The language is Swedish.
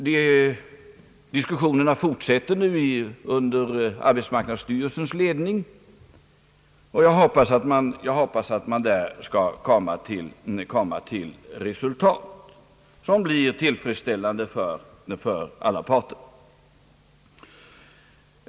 Diskussionerna fortsätter nu under arbetsmarknadsstyrelsens ledning, och jag hoppas att man där skall komma till resultat som blir tillfredsställande för alla parter.